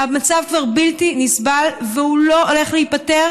המצב בלתי נסבל, והוא לא הולך להיפתר